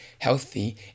Healthy